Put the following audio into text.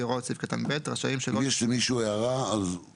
הוראות סעיף קטן (ב) רשאים שלא למחוק מידע לגבי